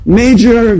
major